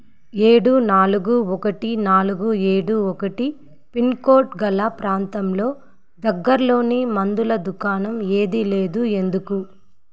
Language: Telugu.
ఏడు నాలుగు ఒకటి నాలుగు ఏడు ఒకటి పిన్ కోడ్ గల ప్రాంతంలో దగ్గరలోని మందుల దుకాణం ఏదీ లేదు ఎందుకు